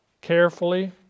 Carefully